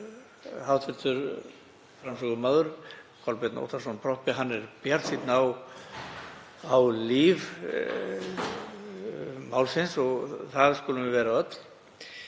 hv. framsögumaður Kolbeinn Óttarsson Proppé er bjartsýnn á líf málsins og það skulum við vera öll.